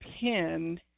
pin